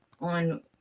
on